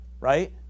right